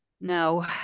No